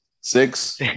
Six